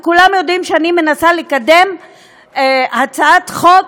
וכולם יודעים שאני מנסה לקדם הצעת חוק